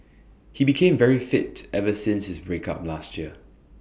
he became very fit ever since his break up last year